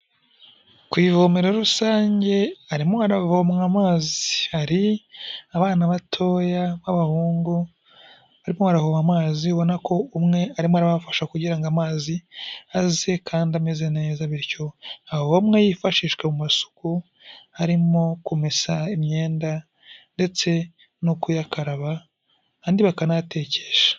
Ku ivomera rusange arimo aravoma amazi. Hari abana batoya b'abahungu barimo baravoma amazi ubona ko umwe arimo arabafasha kugira ngo amazi aze kandi ameze neza. Bityo avomwe yifashishwe mu isuku harimo kumesa imyenda, ndetse no kuyakaraba, andi bakanayatekesha.